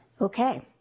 Okay